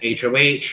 HOH